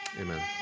Amen